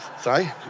Sorry